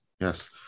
yes